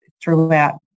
throughout